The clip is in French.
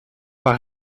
par